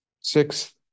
Six